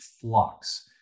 flux